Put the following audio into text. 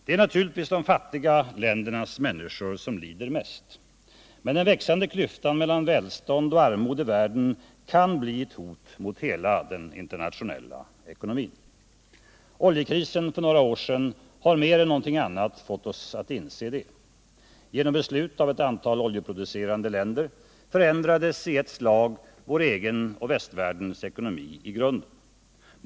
Det är naturligtvis de fattiga ländernas människor som lider mest, men den växande klyftan mellan välstånd och armod i världen kan bli ett hot mot hela den internationella ekonomin. Oljekrisen för några år sedan har mer än någonting annat fått oss att inse detta. Genom beslut av ett antal oljeproducerande länder förändrades i ett slag vår egen och västvärldens ekonomi i grunden.